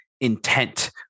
intent